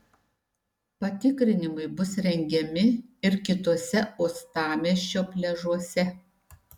patikrinimai bus rengiami ir kituose uostamiesčio pliažuose